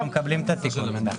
אנחנו מקבלים את התיקון.